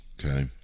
Okay